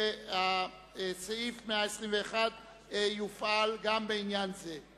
וסעיף 121 יופעל גם בעניין זה.